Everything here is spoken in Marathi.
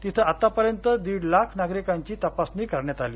तिथं आतापर्यंत दीड लाख नागरिकांची तपासणी करण्यात आली